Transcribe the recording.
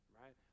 right